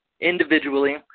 individually